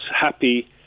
happy